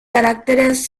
caracteres